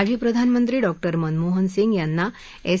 माजी प्रधानमंत्री डॉक्टर मनमोहन सिंग यांना एस